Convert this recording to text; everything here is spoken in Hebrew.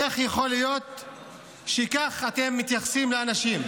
איך יכול להיות שכך אתם מתייחסים לאנשים?